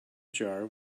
jar